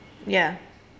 ya